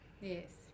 yes